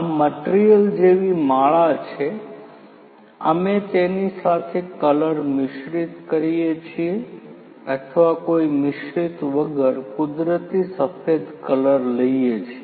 આ મટીરીઅલ જેવી માળા છે અમે તેની સાથે કલર મિશ્રિત કરીએ છીએ અથવા કોઈ મિશ્રિત વગર કુદરતી સફેદ કલર લઈએ છીએ